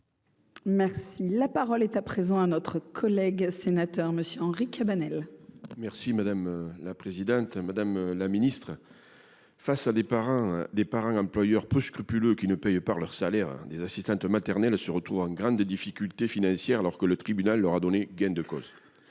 Merci, la parole est à présent à notre collègue sénateur Monsieur Henri Cabanel. Si madame la présidente, madame la ministre, face à des parents, des parents employeurs peu scrupuleux qui ne payent par leurs salaires des assistantes maternelles se retrouvent en grande difficulté financière, alors que le tribunal leur a donné gain de cause